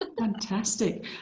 Fantastic